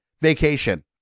vacation